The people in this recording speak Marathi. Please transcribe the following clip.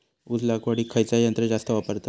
ऊस लावडीक खयचा यंत्र जास्त वापरतत?